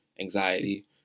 anxiety